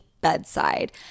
bedside